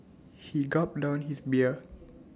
he gulped down his beer